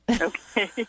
Okay